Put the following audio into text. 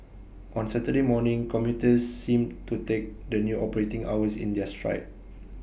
on Saturday morning commuters seemed to take the new operating hours in their stride